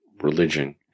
religion